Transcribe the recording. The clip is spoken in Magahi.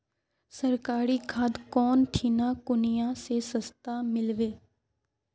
सरकारी खाद कौन ठिना कुनियाँ ले सस्ता मीलवे?